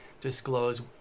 disclose